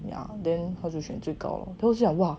yeah then 他就选最高 lor then 我就 like !wah!